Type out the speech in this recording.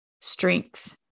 strength